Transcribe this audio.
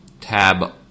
tab